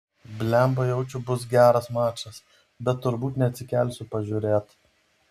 blemba jaučiu bus geras mačas bet turbūt neatsikelsiu pažiūrėt